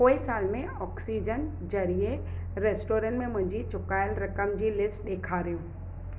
पोएं साल में ऑक्सीजन ज़रिए रेस्टोरेंट में मुंहिंजी चुकायलु रक़म जी लिस्ट ॾेखारियो